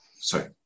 Sorry